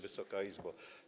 Wysoka Izbo!